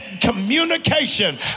communication